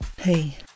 Hey